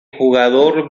jugador